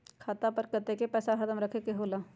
खाता पर कतेक पैसा हरदम रखखे के होला?